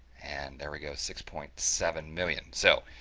and there we go six point seven million. so,